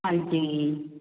ਹਾਂਜੀ